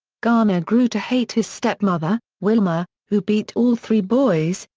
garner grew to hate his stepmother, wilma, who beat all three boys,